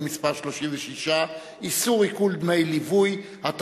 מס' 36) (איסור עיקול דמי ליווי לעיוור),